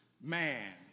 man